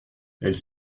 elles